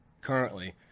currently